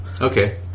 okay